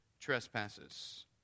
trespasses